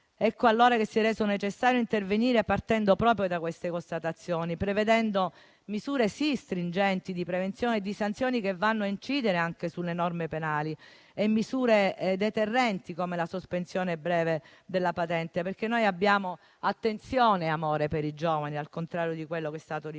Per questo si è reso necessario intervenire partendo proprio da queste constatazioni, prevedendo misure stringenti di prevenzione e sanzioni che vanno a incidere anche sulle norme penali, ma anche misure deterrenti, come la sospensione breve della patente. Questo perché noi abbiamo attenzione e amore per i giovani, al contrario di quanto è stato riferito